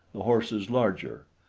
the horses larger.